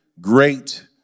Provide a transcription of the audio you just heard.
great